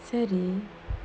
saturday